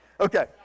Okay